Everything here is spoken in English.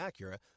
Acura